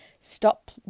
Stop